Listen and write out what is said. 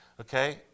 Okay